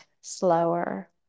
slower